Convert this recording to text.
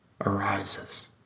arises